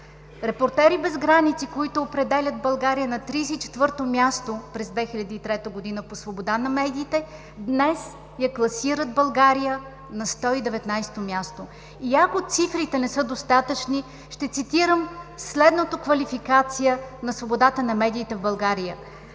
„Репортери без граници“, които определят България на 34 място през 2003 г. по свобода на медиите, днес класират България на 119 място. И ако цифрите не са достатъчни, ще цитирам следната квалификация на свободата на медиите в България.